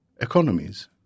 economies